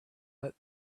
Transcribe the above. let